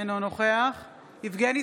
אינו נוכח יבגני